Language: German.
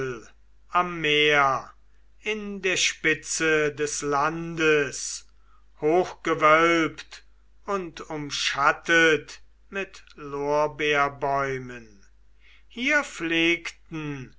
am meer in der spitze des landes hochgewölbt und umschattet mit lorbeerbäumen hier pflegten